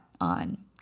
on